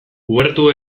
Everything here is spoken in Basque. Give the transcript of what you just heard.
uhertu